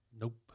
Nope